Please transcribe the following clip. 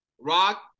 Rock